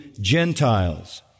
Gentiles